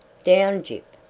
down, gyp!